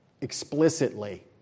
explicitly